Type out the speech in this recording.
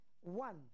one